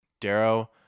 darrow